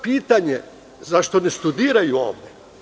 Pitanje – zašto ne studiraju ovde?